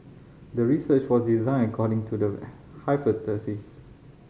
the research was designed according to the